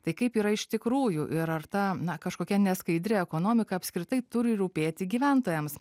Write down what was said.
tai kaip yra iš tikrųjų ir ar ta na kažkokia neskaidri ekonomika apskritai turi rūpėti gyventojams